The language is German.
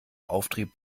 auftrieb